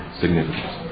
significance